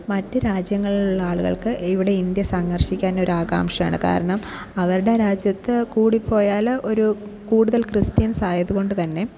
മറ്റു രാജ്യങ്ങളിലുള്ള ആളുകൾക്ക് ഇവിടെ ഇന്ത്യ സന്ദർശിക്കാൻ ഒരു ആകാംക്ഷണയാണ് കാരണം അവരുടെ രാജ്യത്ത് കൂടിപ്പോയാൽ ഒരു കൂടുതൽ ക്രിസ്ത്യൻസ് ആയതുകൊണ്ട് തന്നെ